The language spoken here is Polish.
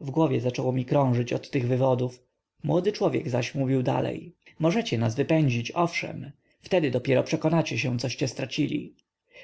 w głowie zaczęło mi krążyć od tych wywodów młody człowiek zaś mówił dalej możecie nas wypędzić owszem wtedy dopiero przekonacie się coście stracili